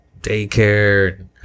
daycare